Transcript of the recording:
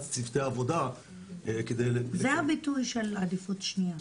צוותי העבודה --- זה הביטוי של עדיפות שנייה,